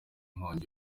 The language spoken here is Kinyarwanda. nkongi